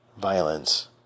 violence